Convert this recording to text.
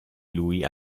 lui